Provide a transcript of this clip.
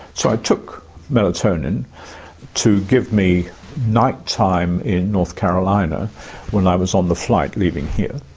so i took melatonin to give me night time in north carolina when i was on the flight leaving here,